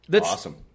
Awesome